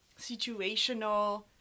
situational